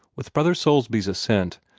with brother soulsby's assent,